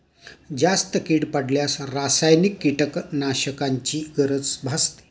जास्त कीड पडल्यास रासायनिक कीटकनाशकांची गरज भासते